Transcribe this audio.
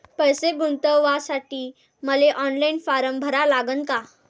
पैसे गुंतवासाठी मले ऑनलाईन फारम भरा लागन का?